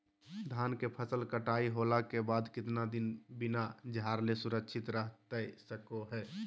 धान के फसल कटाई होला के बाद कितना दिन बिना झाड़ले सुरक्षित रहतई सको हय?